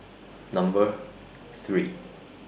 Number three